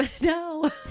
No